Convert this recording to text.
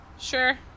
sure